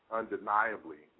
undeniably